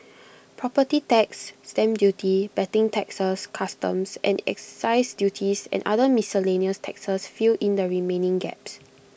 property tax stamp duty betting taxes customs and excise duties and other miscellaneous taxes fill in the remaining gaps